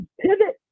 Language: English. pivot